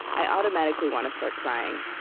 i automatically want to start crying,